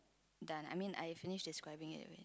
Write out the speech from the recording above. done I mean I finish describing it already